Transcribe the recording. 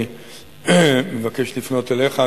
אני מבקש לפנות אליך,